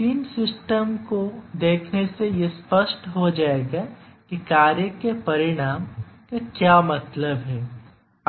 इन तीन सिस्टम को देखने से यह स्पष्ट हो जाएगा कि कार्य के परिणाम का क्या मतलब है